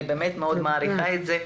אני באמת מאוד מעריכה את זה.